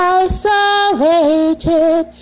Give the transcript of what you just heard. isolated